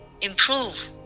improve